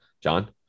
John